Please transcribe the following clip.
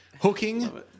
Hooking